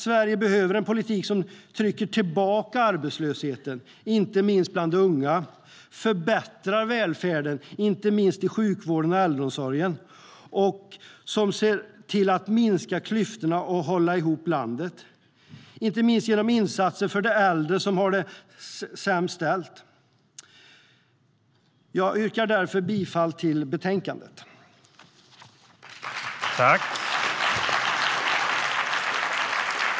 Sverige behöver en politik som trycker tillbaka arbetslösheten, inte minst bland de unga, som förbättrar välfärden, inte minst i sjukvården och äldreomsorgen, och som ser till att minska klyftorna och hålla ihop landet, inte minst genom insatser för de äldre som har det sämst ställt. Jag yrkar därför bifall till förslaget i betänkandet.